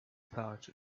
pouch